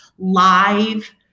live